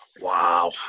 Wow